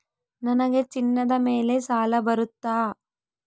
ನನಗೆ ಚಿನ್ನದ ಮೇಲೆ ಸಾಲ ಬರುತ್ತಾ?